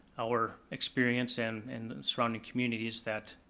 our experience and and surrounding communities that,